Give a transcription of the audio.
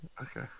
Okay